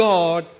God